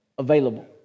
available